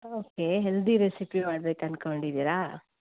okay healthy recipe ಮಾಡ್ಬೇಕಂದ್ಕೊಂಡಿದ್ದೀರಾ